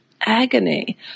agony